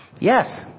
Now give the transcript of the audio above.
Yes